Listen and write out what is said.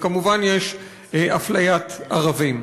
וכמובן יש אפליית ערבים.